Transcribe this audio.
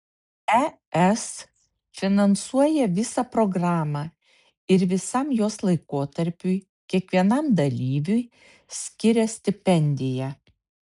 es finansuoja visą programą ir visam jos laikotarpiui kiekvienam dalyviui skiria stipendiją